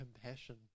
compassion